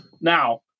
now